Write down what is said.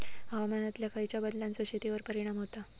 हवामानातल्या खयच्या बदलांचो शेतीवर परिणाम होता?